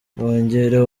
bongerewe